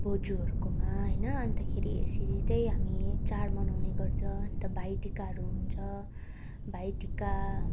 बोजूहरूकोमा होइन अन्तखेरि यसरी चाहिँ हामी चाड मनाउने गर्छ अन्त भाइटिकाहरू हुन्छ अन्त भाइटिका